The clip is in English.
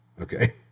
okay